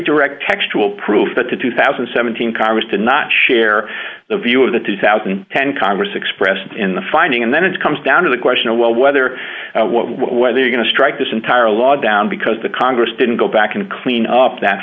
correct textual proof but to two thousand and seventeen congress to not share the view of the two thousand and ten congress expressed in the finding and then it comes down to the question of well whether whether you're going to strike this entire law down because the congress didn't go back and clean up that